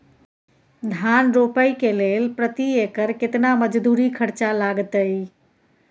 धान रोपय के लेल प्रति एकर केतना मजदूरी खर्चा लागतेय?